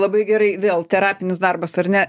labai gerai vėl terapinis darbas ar ne